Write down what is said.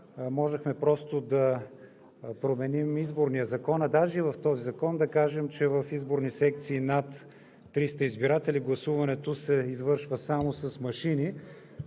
можехме просто да променим Изборния закон, а даже и в този закон да кажем, че в изборни секции с над 300 избиратели гласуването се извършва само с машини.